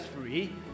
free